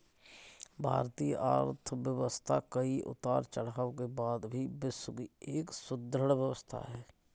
भारतीय अर्थव्यवस्था कई उतार चढ़ाव के बाद भी विश्व की एक सुदृढ़ व्यवस्था है